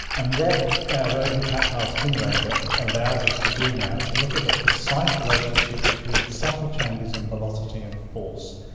and what our rotary tactile stimulator allows us to do now is look at the precise relationship between subtle changes in velocity and force.